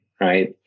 right